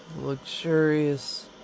luxurious